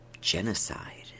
genocide